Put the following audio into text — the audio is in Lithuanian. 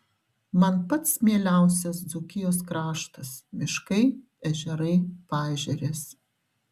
man pats mieliausias dzūkijos kraštas miškai ežerai paežerės